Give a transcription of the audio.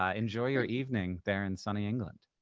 ah enjoy your evening there in sunny england.